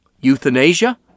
euthanasia